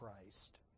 Christ